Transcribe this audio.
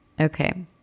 Okay